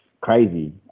crazy